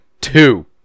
two